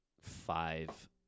five